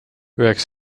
üheks